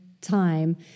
time